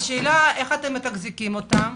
השאלה איך אתם מתחזקים אותם?